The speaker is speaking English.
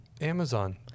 Amazon